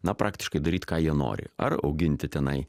na praktiškai daryt ką jie nori ar auginti tenai